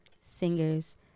singers